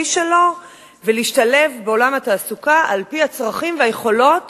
שלו ולהשתלב בעולם התעסוקה על-פי הצרכים והיכולות